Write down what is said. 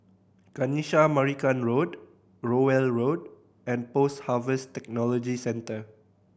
Kanisha Marican Road Rowell Road and Post Harvest Technology Centre